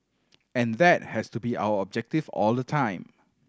and that has to be our objective all the time